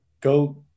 Go